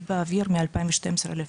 הוא באוויר מ-2012 לפחות,